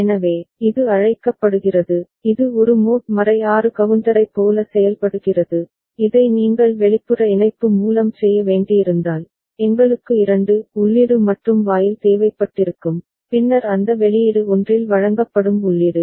எனவே இது அழைக்கப்படுகிறது இது ஒரு மோட் 6 கவுண்டரைப் போல செயல்படுகிறது இதை நீங்கள் வெளிப்புற இணைப்பு மூலம் செய்ய வேண்டியிருந்தால் எங்களுக்கு 2 உள்ளீடு மற்றும் வாயில் தேவைப்பட்டிருக்கும் பின்னர் அந்த வெளியீடு ஒன்றில் வழங்கப்படும் உள்ளீடு